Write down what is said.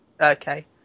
Okay